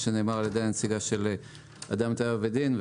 שנאמר על ידי הנציגה של אדם טבע ודין.